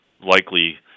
likely